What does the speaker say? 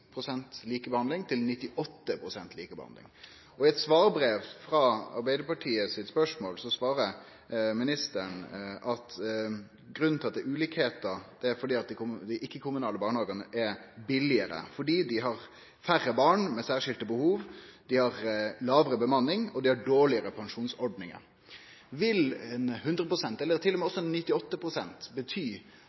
pst. likebehandling til 98 pst. likebehandling. I eit svar på spørsmål frå Arbeidarpartiet seier ministeren at grunnen til at det er ulikheiter, er at dei ikkje-kommunale barnehagane er billigare, fordi dei har færre barn med særskilde behov, dei har lågare bemanning, og dei har dårlegare pensjonsordningar. Vil 100 pst. likebehandling – til og med 98 pst. – bety at ein vil setje større krav til